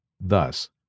Thus